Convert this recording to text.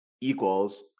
equals